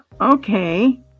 okay